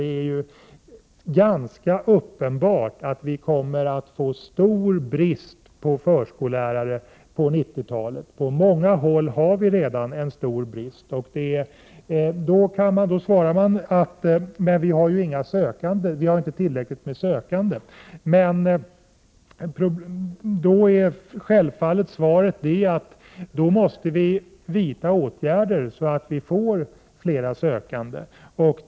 Det är uppenbart att det kommer att bli stor brist på förskollärare på 1990-talet. På många håll är bristen redan stor. När vi påpekar det sägs att det inte finns tillräckligt många sökande. Svaret på det måste i sin tur bli att det måste vidtas åtgärder så att antalet sökande blir fler.